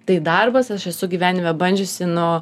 tai darbas aš esu gyvenime bandžiusi nuo